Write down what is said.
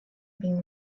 being